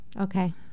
Okay